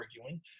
arguing